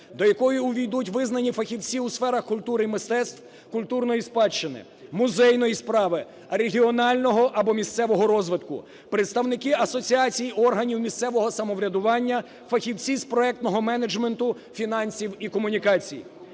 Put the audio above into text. до якої увійдуть визнані фахівці у сферах культури і мистецтв, культурної спадщини, музейної справи, регіонального або місцевого розвитку, представники Асоціації органів місцевого самоврядування, фахівці із проектного менеджменту, фінансів і комунікації.